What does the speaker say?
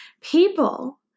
people